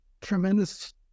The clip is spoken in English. tremendous